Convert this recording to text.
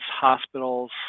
hospitals